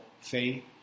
faith